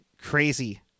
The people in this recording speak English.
crazy